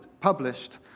published